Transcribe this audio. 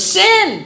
sin